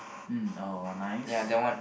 mm oh nice